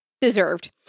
Deserved